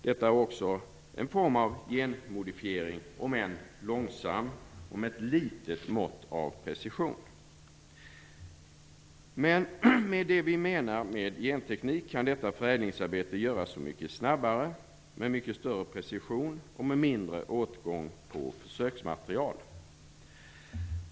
Detta är också en form av genmodifiering, om än långsam och med ett litet mått av precision. Med det som vi menar med genteknik kan detta förädlingsarbete göras mycket snabbare, med mycket större precision och med mindre åtgång av försöksmaterial.